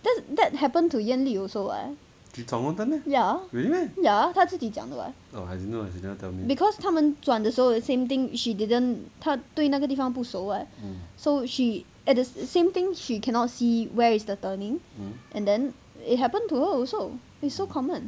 that that happen to yan li also [what] ya ya ya 他自己讲的 [what] because 他们转的时候 same thing she didn't 他对那个地方不熟 [what] so she at the same thing she cannot see where is the turning and then it happen to her also it's so common